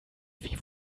wie